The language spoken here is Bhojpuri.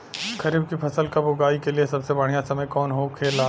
खरीफ की फसल कब उगाई के लिए सबसे बढ़ियां समय कौन हो खेला?